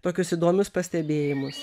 tokius įdomius pastebėjimus